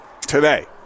today